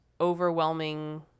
overwhelming